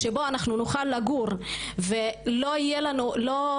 שבו אנחנו נוכל לגור ולא נהיה